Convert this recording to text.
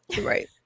Right